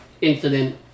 incident